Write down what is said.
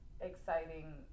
exciting